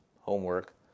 homework